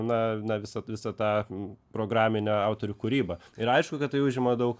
na na visą visą tą programinę autorių kūrybą ir aišku kad tai užima daug